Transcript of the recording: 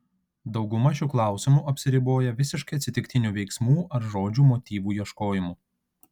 dauguma šių klausimų apsiriboja visiškai atsitiktinių veiksmų ar žodžių motyvų ieškojimu